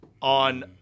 on